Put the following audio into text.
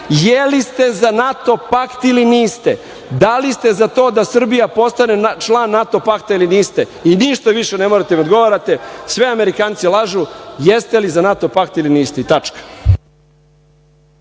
da li ste za NATO pakt ili niste, da li ste za to da Srbija postane član NATO pakta ili niste? Ništa više ne morate da odgovarate, sve Amerikanci lažu. Da li ste za NATO pakt ili niste? **Ana